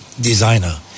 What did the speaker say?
designer